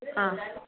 ആ